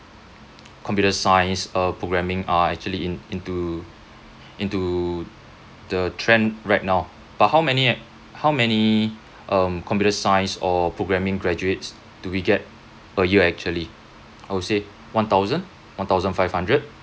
computer science uh programming are actually in into into the trend right now but how many how many um computer science or programming graduates do we get per year actually I would say one thousand one thousand five hundred